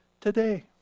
today